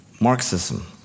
Marxism